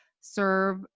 serve